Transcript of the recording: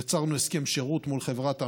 יצרנו הסכם שירות מול חברת עמידר.